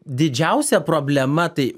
didžiausia problema tai